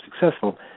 successful